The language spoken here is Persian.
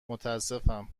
متاسفم